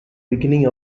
beginning